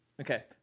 Okay